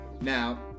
Now